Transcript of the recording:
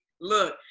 Look